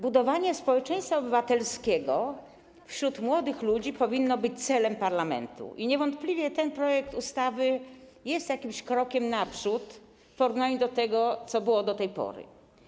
Budowanie społeczeństwa obywatelskiego wśród młodych ludzi powinno być celem parlamentu i niewątpliwie ten projekt ustawy jest jakimś krokiem naprzód w porównaniu do tego, co było do tej pory.